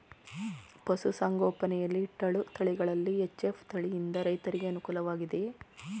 ಪಶು ಸಂಗೋಪನೆ ಯಲ್ಲಿ ಇಟ್ಟಳು ತಳಿಗಳಲ್ಲಿ ಎಚ್.ಎಫ್ ತಳಿ ಯಿಂದ ರೈತರಿಗೆ ಅನುಕೂಲ ವಾಗಿದೆಯೇ?